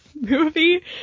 movie